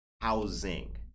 housing